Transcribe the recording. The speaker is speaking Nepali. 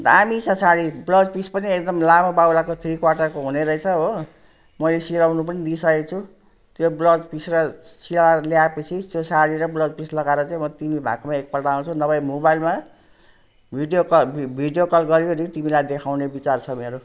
दामी छ साडी ब्लाउज पिस पनि एकदम लामो बाहुलाको थ्री क्वार्टरको हुने रहेछ हो मैले सिलाउनु पनि दिइसकेको छु त्यो ब्लाउज पिस र सिलाएर ल्याएपछि त्यो साडी र ब्लाउज पिस लगाएर चाहिँ म तिमी भएकोमा एकपल्ट आउँछु नभए मोबाइलमा भिडियो कल भि भिडियो कल गरिओरी तिमीलाई देखाउने विचार छ मेरो